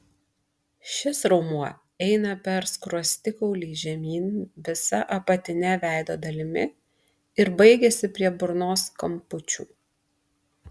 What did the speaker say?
šis raumuo eina per skruostikaulį žemyn visa apatine veido dalimi ir baigiasi prie burnos kampučių